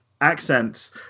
accents